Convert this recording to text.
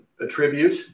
attribute